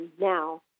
now